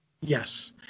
yes